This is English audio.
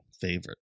favorite